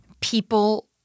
people